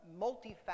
Multifaceted